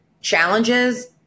challenges